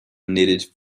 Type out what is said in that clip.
knitted